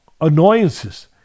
annoyances